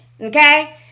Okay